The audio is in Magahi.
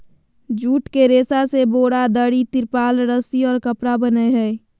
जूट के रेशा से बोरा, दरी, तिरपाल, रस्सि और कपड़ा बनय हइ